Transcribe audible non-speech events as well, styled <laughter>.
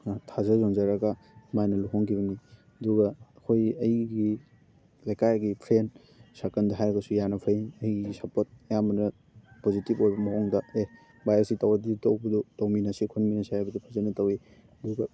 ꯊꯥꯖ ꯌꯣꯟꯖꯔꯒ ꯑꯗꯨꯃꯥꯏꯅ ꯂꯨꯍꯣꯡꯈꯤꯕꯅꯤ ꯑꯗꯨꯒ ꯑꯩꯈꯣꯏꯒꯤ ꯑꯩꯒꯤ ꯂꯩꯀꯥꯏꯒꯤ ꯐ꯭ꯔꯦꯟ ꯁꯥꯔꯀꯜꯗ ꯍꯥꯏꯔꯒꯁꯨ ꯌꯥꯝꯅ ꯐꯩ ꯑꯩꯒꯤ ꯁꯞꯄꯣꯔꯠ ꯑꯌꯥꯝꯕꯅ ꯄꯣꯖꯤꯇꯤꯕ ꯑꯣꯏꯕ ꯃꯑꯣꯡꯗ ꯑꯦ ꯕꯥꯏ ꯑꯁꯤ ꯇꯧꯔꯗꯤ <unintelligible> ꯇꯧꯃꯤꯟꯅꯁꯦ ꯈꯣꯠꯃꯤꯟꯅꯁꯦ ꯍꯥꯏꯕꯗꯨ ꯐꯖꯅ ꯇꯧꯋꯤ ꯑꯗꯨꯒ